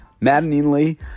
maddeningly